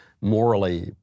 morally